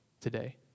today